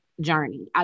journey